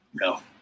No